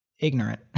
ignorant